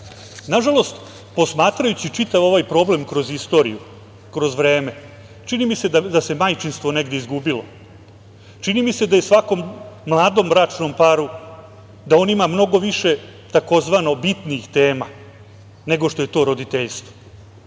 Nažalost, posmatrajući čitav ovaj problem kroz istoriju, kroz vreme, čini mi se da se majčinstvo negde izgubilo. Čini mi se da svaki mladi bračni par ima mnogo više tzv. bitnih tema, nego što je to roditeljstvo